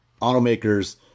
automakers